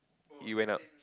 it went up